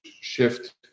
shift